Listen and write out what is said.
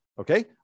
Okay